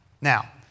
Now